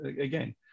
again